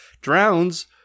drowns